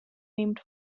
named